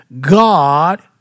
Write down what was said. God